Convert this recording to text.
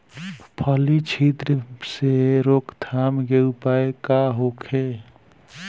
फली छिद्र से रोकथाम के उपाय का होखे?